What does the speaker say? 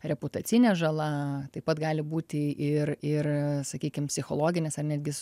reputacinė žala taip pat gali būti ir ir sakykim psichologinis ar netgi